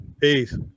Peace